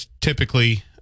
typically